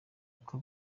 uko